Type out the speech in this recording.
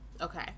Okay